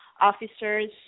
officers